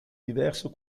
diverse